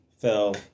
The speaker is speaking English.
fell